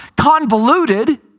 convoluted